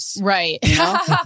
Right